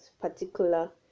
particular